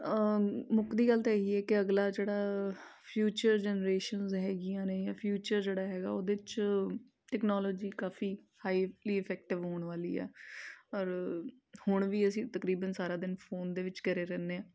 ਮੁੱਕਦੀ ਗੱਲ ਤਾਂ ਇਹੀ ਹੈ ਕਿ ਅਗਲਾ ਜਿਹੜਾ ਫਿਊਚਰ ਜਨਰੇਸ਼ਨਸ ਹੈਗੀਆਂ ਨੇ ਫਿਊਚਰ ਜਿਹੜਾ ਹੈਗਾ ਉਹਦੇ 'ਚ ਟੈਕਨੋਲੋਜੀ ਕਾਫੀ ਹਾਈਲੀ ਇਫੈਕਟਿਵ ਹੋਣ ਵਾਲੀ ਆ ਔਰ ਹੁਣ ਵੀ ਅਸੀਂ ਤਕਰੀਬਨ ਸਾਰਾ ਦਿਨ ਫੋਨ ਦੇ ਵਿੱਚ ਘਿਰੇ ਰਹਿੰਦੇ ਹਾਂ